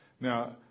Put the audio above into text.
Now